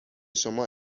شما